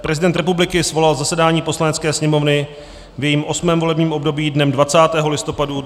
Prezident republiky svolal zasedání Poslanecké sněmovny v jejím osmém volebním období dnem 20. listopadu 2017.